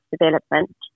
development